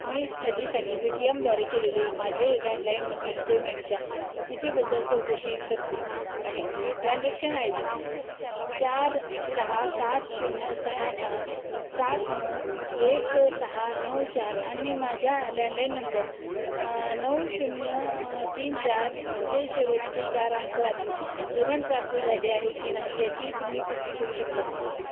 मी इत्यादीसाठी पेटीएमद्वारे केलेले माझे लँडलाईन बिल पेमेंटच्या स्थितीबद्दल चौकशी करते आहे ट्रान्झेक्शन आय डी चार सहा सात शून्य सहा पाच सात नऊ एक सहा नऊ चार आणि माझ्या लँडलाईन नंबर नऊ शून्य तीन चारचे शेवटचे चार अंक वापरून पेमेंट प्राप्त झाले आहे की नाही याची तुम्ही पुष्टी करू शकता का